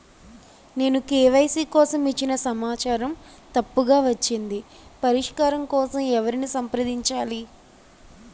నేను కే.వై.సీ కోసం ఇచ్చిన సమాచారం తప్పుగా వచ్చింది పరిష్కారం కోసం ఎవరిని సంప్రదించాలి?